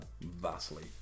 vastly